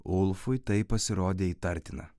ulfui tai pasirodė įtartina